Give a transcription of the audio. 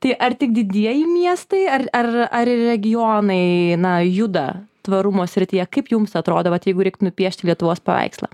tai ar tik didieji miestai ar ar regionai na juda tvarumo srityje kaip jums atrodo vat jeigu reiktų nupiešti lietuvos paveikslą